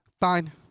Fine